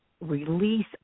release